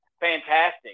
fantastic